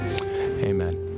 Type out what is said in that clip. Amen